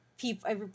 people